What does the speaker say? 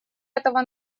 этого